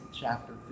chapter